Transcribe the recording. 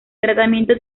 tratamiento